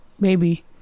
baby